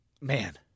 Man